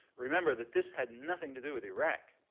remember that this had nothing to do with iraq.